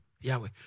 Yahweh